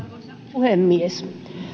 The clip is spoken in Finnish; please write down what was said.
puhemies